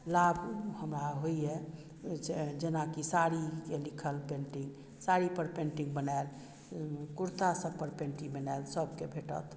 लाभ हमरा होइया जेनाकि साड़ीके लिखल पेन्टिंग साड़ी पर पेन्टिंग बनायल कुर्ता सब पर पेन्टिंग बनायल सबके भेटत